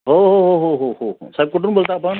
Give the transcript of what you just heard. हो हो हो हो साहेब कुठून बोलता आपण